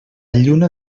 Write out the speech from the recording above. lluna